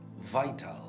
vital